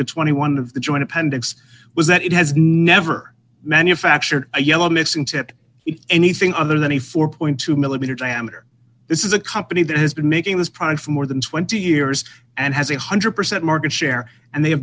to twenty one of the joint appendix was that it has never manufactured a yellow mix into it anything other than a four point two millimeter diameter this is a company that has been making this product for more than twenty years and has a one hundred percent market share and they